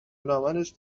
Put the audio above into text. العملش